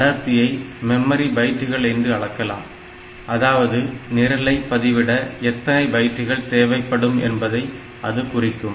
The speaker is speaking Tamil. அடர்த்தியை மெமரி பைட்டுகள் என்று அளக்கலாம் அதாவது நிரலை பதிவிட எத்தனை பைட்டுகள் தேவைப்படும் என்பதை அது குறிக்கும்